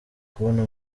kubona